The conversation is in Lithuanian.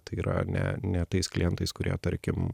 tai yra ne ne tais klientais kurie tarkim